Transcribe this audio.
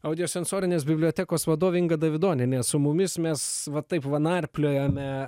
audio sensorinės bibliotekos vadovė inga davidonienė su mumis mes va taip va narpliojame